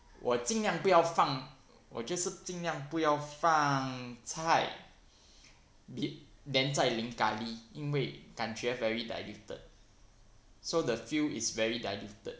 我尽量不要放我就是尽量不要放菜 then 在淋 curry 因为感觉 very diluted so the feel is very diluted